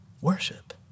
Worship